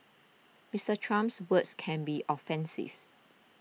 Mister Trump's words can be offensives